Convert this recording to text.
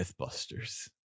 Mythbusters